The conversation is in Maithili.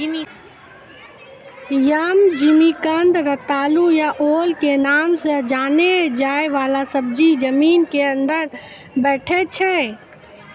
यम, जिमिकंद, रतालू या ओल के नाम सॅ जाने जाय वाला सब्जी जमीन के अंदर बैठै छै